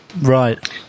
right